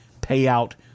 payout